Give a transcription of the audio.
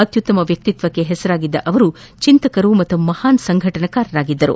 ಅತ್ಯುತ್ತಮ ವ್ಯಕ್ತಿಶ್ವಕ್ಕೆ ಹೆಸರಾಗಿದ್ದ ಅವರು ಚಿಂತಕರು ಮತ್ತು ಮಪಾನ್ ಸಂಘಟನಾಕಾರರಾಗಿದ್ದರು